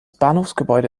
bahnhofsgebäude